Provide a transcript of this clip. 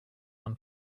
man